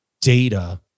data